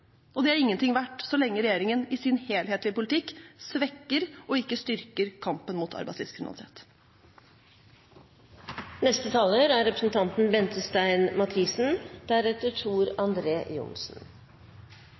og det er ingenting verdt så lenge regjeringen i sin helhetlige politikk svekker og ikke styrker kampen mot